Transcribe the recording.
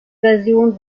version